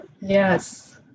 Yes